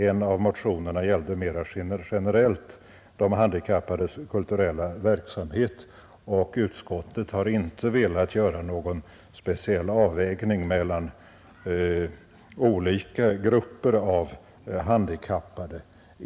En av motionerna gällde mera generellt de handikappades kulturella verksamhet, och utskottet har inte velat göra någon speciell avvägning mellan olika grupper av handikappade.